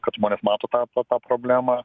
kad žmonės mato tą tą tą problemą